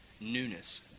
newness